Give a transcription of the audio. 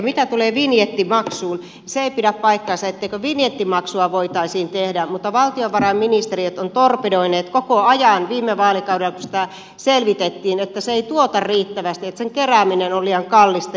mitä tulee vinjettimaksuun niin se ei pidä paikkaansa etteikö vinjettimaksua voitaisi tehdä mutta valtiovarainministeriö on torpedoinut sitä koko ajan viime vaalikaudella kun sitä selvitettiin sillä perusteella että se ei tuota riittävästi että sen kerääminen on liian kallista